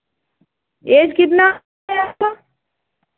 as कितना है आपका